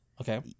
Okay